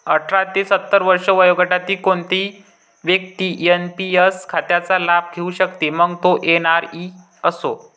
अठरा ते सत्तर वर्षे वयोगटातील कोणतीही व्यक्ती एन.पी.एस खात्याचा लाभ घेऊ शकते, मग तो एन.आर.आई असो